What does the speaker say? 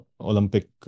Olympic